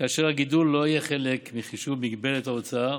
כאשר הגידול לא יהיה חלק מחישוב מגבלת ההוצאה